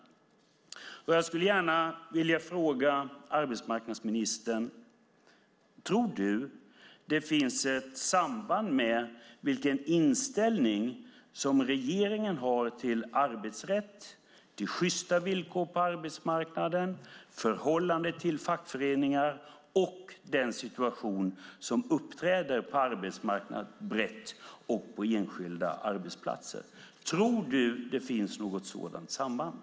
Jag skulle gärna vilja fråga arbetsmarknadsministern: Tror du att det finns ett samband med den inställning som regeringen har till arbetsrätt, till schysta villkor på arbetsmarknaden, förhållandet till fackföreningar och den situation som uppträder på arbetsmarknaden brett och på enskilda arbetsplatser? Tror du att det finns ett sådant samband?